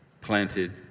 planted